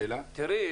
תודה.